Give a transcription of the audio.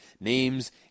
names